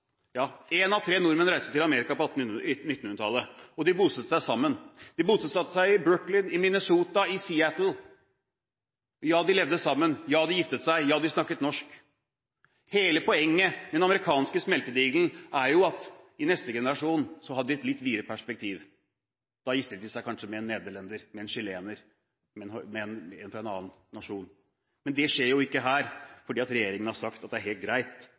Ja, en av tre nordmenn reiste til Amerika på 1800- og 1900-tallet, og de bosatte seg sammen. De bosatte seg i Brooklyn, i Minnesota, i Seattle. Ja, de levde sammen, ja, de giftet seg, ja, de snakket norsk. Hele poenget med den amerikanske smeltedigelen var jo at i neste generasjon skulle de ha et litt videre perspektiv. Da giftet de seg kanskje med en nederlender eller en chilener – en fra en annen nasjon. Men det skjer ikke her, for regjeringen har sagt at det er helt greit